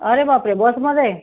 अरे बापरे बसमध्ये